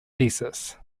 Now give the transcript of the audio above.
thesis